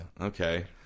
Okay